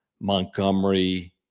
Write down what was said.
Montgomery